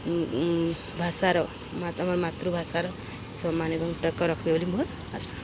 ଭାଷାର ଆମ ମାତୃଭାଷାର ସମ୍ମାନ ଏବଂ ଟେକ ରଖିବେ ବୋଲି ମୋର୍ ଆଶା